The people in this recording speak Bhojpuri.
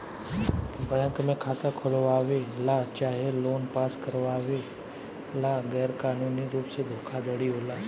बैंक में खाता खोलवावे ला चाहे लोन पास करावे ला गैर कानूनी रुप से धोखाधड़ी होला